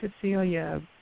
Cecilia